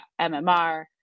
MMR